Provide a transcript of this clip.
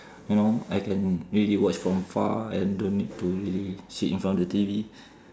you know I can really watch from far and don't need to really sit in front of the T_V